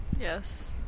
Yes